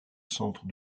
centre